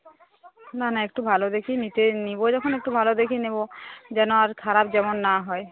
না না একটু ভালো দেখেই নিতে নেবো যখন একটু ভালো দেখেই নেবো যেন আর খারাপ যেমন না হয়